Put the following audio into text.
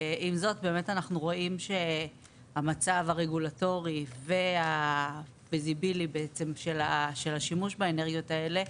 עם זאת באמת אנחנו רואים שהמצב הרגולטורי בעצם של השימוש באנרגיות האלה,